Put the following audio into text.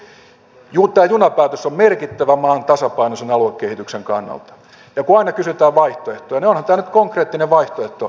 tämä junapäätös on merkittävä maan tasapainoisen aluekehityksen kannalta ja kun aina kysytään vaihtoehtoa niin onhan tämä nyt konkreettinen vaihtoehto